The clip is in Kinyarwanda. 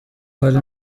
hari